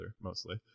mostly